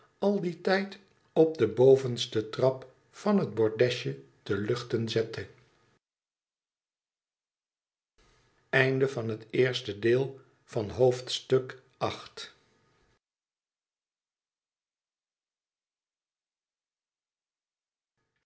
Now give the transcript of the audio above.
al dien tijd op den bovensten trap van het bordesje te luchten zette